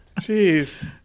Jeez